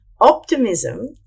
Optimism